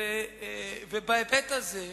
-ראש.